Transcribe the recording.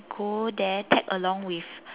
go there tag along with